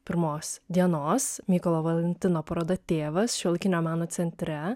pirmos dienos mykolo valantino paroda tėvas šiuolaikinio meno centre